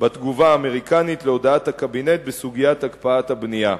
בתגובה האמריקנית להודעת הקבינט בסוגיית הקפאת הבנייה.